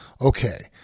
okay